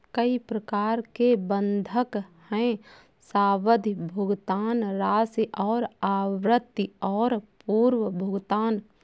कई प्रकार के बंधक हैं, सावधि, भुगतान राशि और आवृत्ति और पूर्व भुगतान